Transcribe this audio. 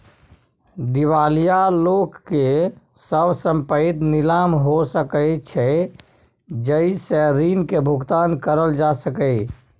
दिवालिया लोक के सब संपइत नीलाम हो सकइ छइ जइ से ऋण के भुगतान करल जा सकइ